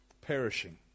perishing